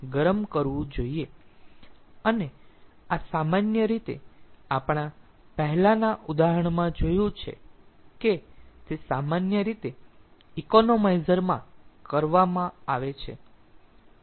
અને આ સામાન્ય રીતે આપણા પહેલાંના ઉદાહરણમાં જોયું છે કે તે સામાન્ય રીતે ઇકોનોમાઈઝર માં કરવામાં આવે છે